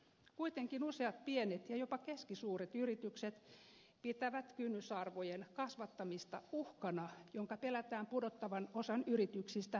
kuitenkin useat pienet ja jopa keskisuuret yritykset pitävät kynnysarvojen kasvattamista uhkana jonka pelätään pudottavan osan yrityksistä tarjousten ulkopuolelle